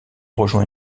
rejoint